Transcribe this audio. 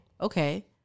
Okay